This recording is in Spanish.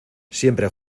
siempre